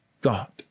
God